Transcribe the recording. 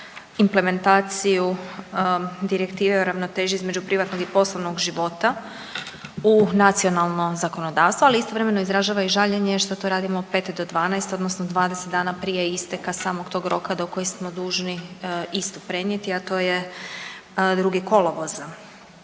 implementaciju Direktive o ravnoteži između privatnog i poslovnog života u nacionalno zakonodavstvo, ali istovremeno izražava i žaljenje što to radimo 5 do 12 odnosno 20 dana prije isteka samog tog roka do koji smo dužni isto prenijeti, a to je 2. kolovoza.